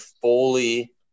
fully